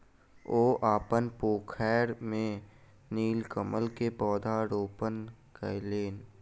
ओ अपन पोखैर में नीलकमल के पौधा रोपण कयलैन